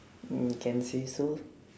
mm can say so